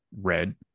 red